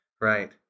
right